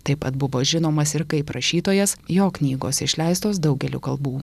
taip pat buvo žinomas ir kaip rašytojas jo knygos išleistos daugeliu kalbų